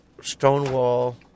Stonewall